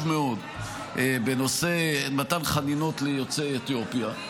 מאוד בנושא מתן חנינות ליוצאי אתיופיה,